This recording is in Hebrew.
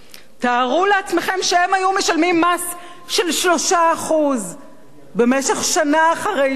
תארו לעצמכם שהם היו משלמים מס של 3% במשך שנה אחרי שנה,